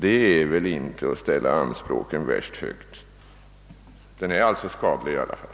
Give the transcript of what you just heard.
Det är väl inte att ställa anspråken så värst högt; folkpartipolitiken är alltså skadlig i alla fall?